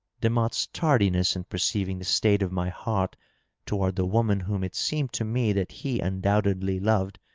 demotte's tar diness in perceiving the state of my heart toward the woman whom it seemed to me that he undoubtedly loved,